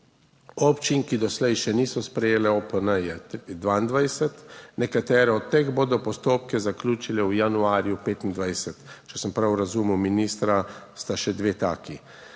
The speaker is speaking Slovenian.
Občin, ki doslej še niso sprejele OPN, je 22, nekatere od teh bodo postopke zaključile v januarju 2025. Če sem prav razumel ministra, sta še dve taki.